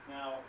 Now